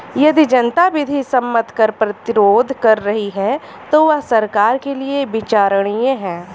यदि जनता विधि सम्मत कर प्रतिरोध कर रही है तो वह सरकार के लिये विचारणीय है